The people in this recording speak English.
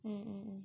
mm mmhmm